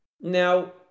now